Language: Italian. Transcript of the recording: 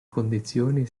condizioni